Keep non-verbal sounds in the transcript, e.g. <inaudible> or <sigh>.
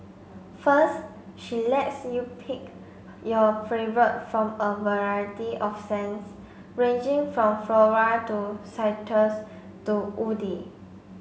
first she lets you pick your <unintelligible> from a variety of scents ranging from floral to citrus to woody